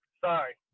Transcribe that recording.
Sorry